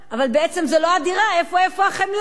אבל בעצם זה לא הדירה, איפה איפה החמלה.